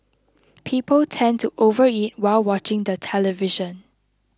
people tend to overeat while watching the television